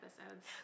episodes